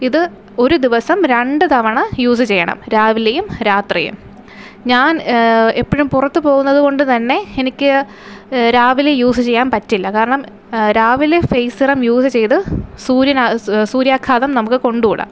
ഇത് ഒരു ദിവസം രണ്ടു തവണ യൂസ് ചെയ്യണം രാവിലെയും രാത്രിയും ഞാൻ എപ്പഴും പുറത്ത് പോകുന്നത് കൊണ്ടു തന്നെ എനിക്ക് രാവിലെ യൂസ് ചെയ്യാൻ പറ്റില്ല കാരണം രാവിലെ ഫേയ്സ് സിറം യൂസ് ചെയ്ത് സൂര്യൻ ആസ് സൂര്യാഘാതം നമുക്ക് കൊണ്ട് കൂടാ